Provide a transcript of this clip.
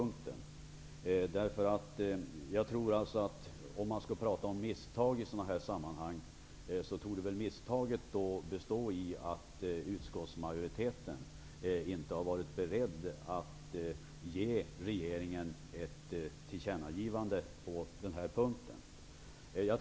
Skall man tala om misstag i sådana här sammanhang torde misstaget bestå i att utskottsmajoriteten inte varit beredd att ge regeringen ett tillkännagivande på den här punkten.